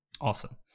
awesome